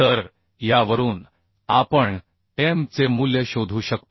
तर यावरून आपण m चे मूल्य शोधू शकतो